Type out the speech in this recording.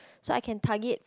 so I can target